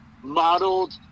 modeled